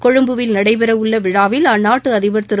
கொழும்புவில் நடைபெற உள்ள விழாவில் அந்நாட்டு அதிபர் திரு